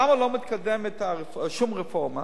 למה לא מתקדמת שום רפורמה?